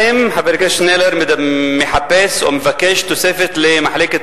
האם חבר הכנסת שנלר מחפש או מבקש תוספת למחלקת